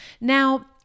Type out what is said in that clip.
Now